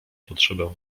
potrzebę